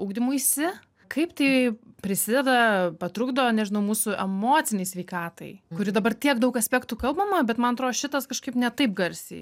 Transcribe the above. ugdymuisi kaip tai prisideda patrukdo nežinau mūsų emocinei sveikatai kuri dabar tiek daug aspektų kalbama bet man atrodo šitas kažkaip ne taip garsiai